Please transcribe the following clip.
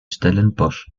stellenbosch